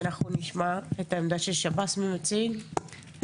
נשמע את העמדה של שב"ס, גלי.